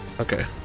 Okay